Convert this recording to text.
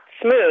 smooth